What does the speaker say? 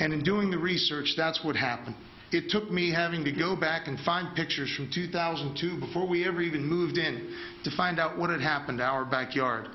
in doing the research that's what happened it took me having to go back and find pictures from two thousand and two before we ever even moved in to find out what had happened our backyard